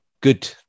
good